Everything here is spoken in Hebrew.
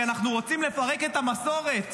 כי אנחנו רוצים לפרק את המסורת,